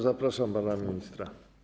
Zapraszam pana ministra.